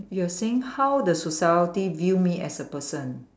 you were saying how the society view me as a person